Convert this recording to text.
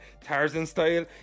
Tarzan-style